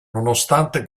nonostante